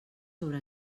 sobre